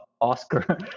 Oscar